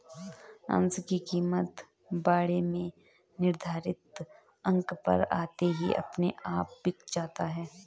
अंश की कीमत बाड़े में निर्धारित अंक पर आते ही अपने आप बिक जाता है